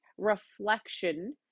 reflection